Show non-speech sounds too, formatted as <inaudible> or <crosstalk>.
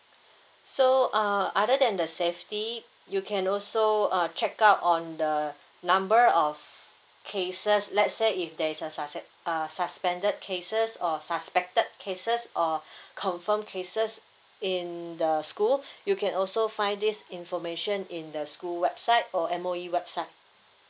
so uh other than the safety you can also uh check out on the number of cases let say if there's a success err suspended cases or suspected cases or <breath> confirmed cases in the school you can also find this information in the school website or M_O_E website